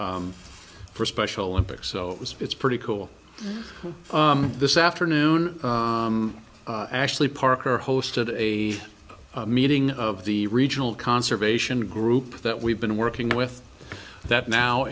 for special olympics so it's pretty cool this afternoon actually parker hosted a meeting of the regional conservation group that we've been working with that now